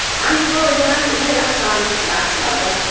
i suppose you'll have to pay up thomas, laughed father.